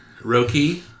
Roki